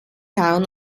town